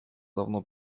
давно